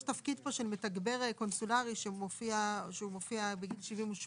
יש תפקיד פה של מתגבר קונסולרי שהוא מופיע בגיל 78,